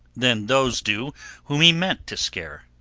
than those do whom he meant to scare.